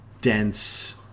dense